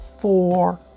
four